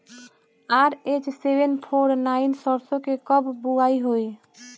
RH seven four nine सरसो के कब बुआई होई?